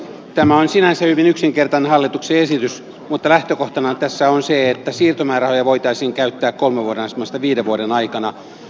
tämä on sinänsä hyvin yksinkertainen hallituksen esitys mutta lähtökohtana tässä on se että siirtomäärärahoja voitaisiin käyttää kolmen vuoden asemasta viiden vuoden aikana